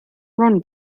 ron